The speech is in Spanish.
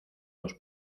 los